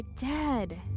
dead